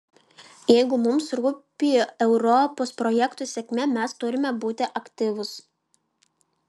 jeigu mums rūpi europos projekto sėkmė mes turime būti aktyvūs